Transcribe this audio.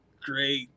great